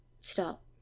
Stop